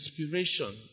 inspiration